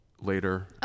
later